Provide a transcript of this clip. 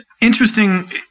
Interesting